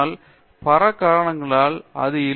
பேராசிரியர் அரிந்தமா சிங் ஆனால் பல காரணங்களால் அது இல்லை